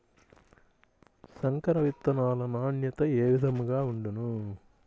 సంకర విత్తనాల నాణ్యత ఏ విధముగా ఉండును?